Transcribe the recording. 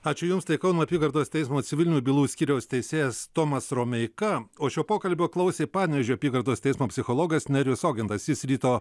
ačiū jums tai kauno apygardos teismo civilinių bylų skyriaus teisėjas tomas romeika o šio pokalbio klausė panevėžio apygardos teismo psichologas nerijus ogintas jis ryto